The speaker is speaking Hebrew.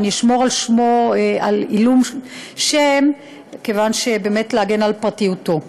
ואני אשמור על עילום שם כדי באמת להגן על פרטיותו: